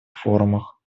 форумах